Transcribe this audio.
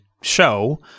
show